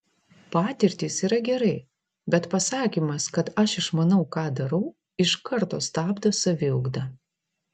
patirtys yra gerai bet pasakymas kad aš išmanau ką darau iš karto stabdo saviugdą